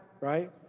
right